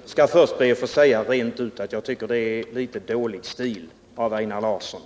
Herr talman! Jag skall först be att få säga rent ut att jag tycker att det är litet dålig stil av Einar Larsson